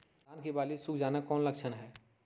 धान की बाली सुख जाना कौन लक्षण हैं?